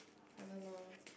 I don't know